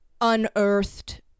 unearthed